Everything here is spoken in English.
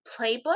playbook